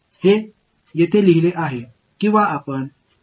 எனவே இது சில திசைகளைக் கொண்டுள்ளது மற்றும் அதற்கு சில பகுதி உள்ளது